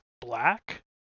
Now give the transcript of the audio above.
black